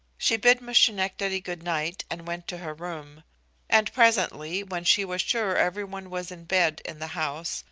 she bid miss schenectady good night, and went to her room and presently, when she was sure every one was in bed in the house,